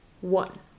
one